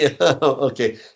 Okay